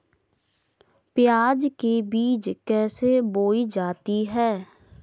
प्याज के बीज कैसे बोई जाती हैं?